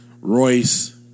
Royce